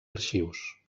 arxius